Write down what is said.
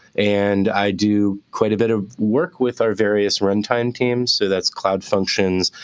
and i do quite a bit of work with our various runtime teams. so that's cloud functions,